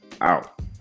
out